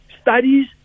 Studies